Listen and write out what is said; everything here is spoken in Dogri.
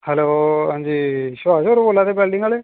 हैलो हां जी सुभाष होर बोला दे बेल्डिंग आह्ले